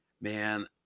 man